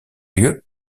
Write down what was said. lieu